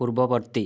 ପୂର୍ବବର୍ତ୍ତୀ